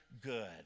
good